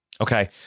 Okay